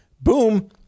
boom